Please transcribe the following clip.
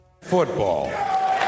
football